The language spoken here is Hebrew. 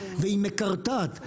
והיא מקרטעת,